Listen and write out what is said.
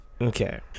Okay